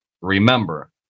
Remember